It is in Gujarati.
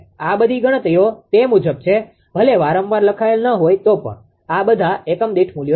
આ બધી ગણતરીઓ તે મુજબ છે ભલે વારંવાર લખાયેલ ન હોય તો પણ આ બધા એકમ દીઠ મૂલ્યો છે